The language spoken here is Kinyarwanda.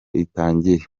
itangire